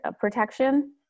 protection